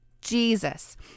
Jesus